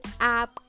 app